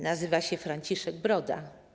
Nazywa się Franciszek Broda.